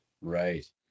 Right